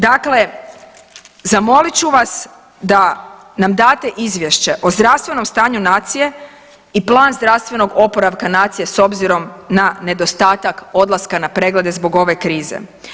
Dakle, zamolit ću vas da nam date o zdravstvenom stanju nacije i plan zdravstvenog oporavka nacije s obzirom na nedostatak odlaska na preglede zbog ove krize.